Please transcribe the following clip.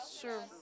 Sure